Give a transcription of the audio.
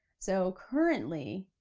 so currently,